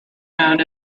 known